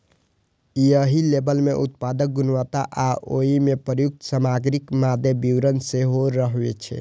एहि लेबल मे उत्पादक गुणवत्ता आ ओइ मे प्रयुक्त सामग्रीक मादे विवरण सेहो रहै छै